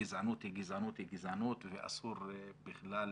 גזענות היא גזענות היא גזענות ואסור בכלל